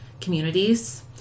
communities